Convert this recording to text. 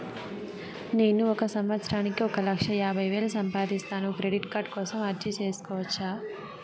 నేను ఒక సంవత్సరానికి ఒక లక్ష యాభై వేలు సంపాదిస్తాను, క్రెడిట్ కార్డు కోసం అర్జీ సేసుకోవచ్చా?